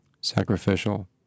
Sacrificial